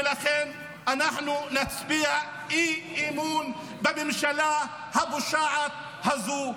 ולכן אנחנו נצביע אי-אמון בממשלה הפושעת הזו.